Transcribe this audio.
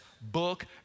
book